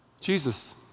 Jesus